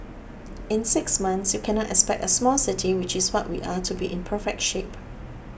in six months you cannot expect a small city which is what we are to be in perfect shape